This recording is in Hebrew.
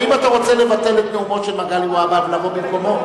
האם אתה רוצה לבטל את נאומו של מגלי והבה ולבוא במקומו?